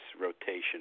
rotation